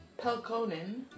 Pelkonen